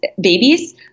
babies